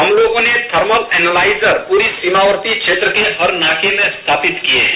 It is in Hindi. हम लोगों ने थर्मल एनुलाइजर पूरी सीमावर्ती क्षेत्र के हर नाके पर स्थापित किये हैं